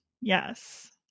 Yes